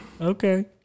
Okay